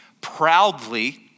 proudly